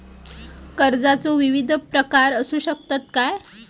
कर्जाचो विविध प्रकार असु शकतत काय?